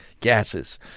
gases